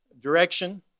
direction